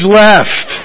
left